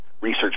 research